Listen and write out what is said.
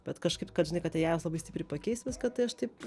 bet kažkaip žinai kad eiajus labai stipriai pakeis viską tai aš taip